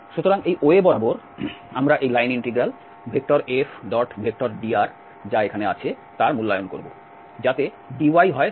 সুতরাং এই OA বরাবর আমরা এই লাইন ইন্টিগ্রাল F⋅dr যা এখানে আছে তার মূল্যায়ন করবো যাতে dy হয় 0